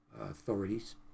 authorities